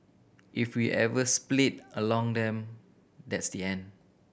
if we ever split along them that's the end